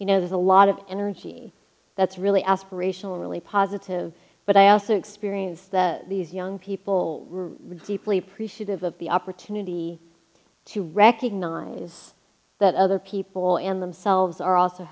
you know there's a lot of energy that's really aspirational really positive but i also experienced these young people read deeply appreciative of the opportunity to recognize that other people and themselves are also